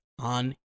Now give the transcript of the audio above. on